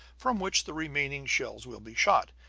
from which the remaining shells will be shot.